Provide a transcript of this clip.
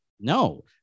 No